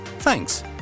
Thanks